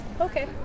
Okay